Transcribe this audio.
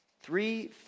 Three